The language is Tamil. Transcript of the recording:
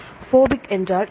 ஃபோபிக் என்றால் என்ன